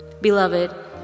Beloved